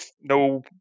no